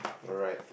alright